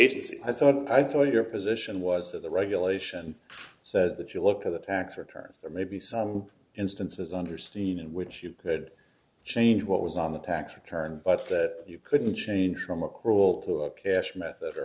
agency i thought i'd tell your position was that the regulation says that you look at the tax returns there may be some instances under seige in which you could change what was on the tax return but you couldn't change from a cruel to a cash method or